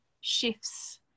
shifts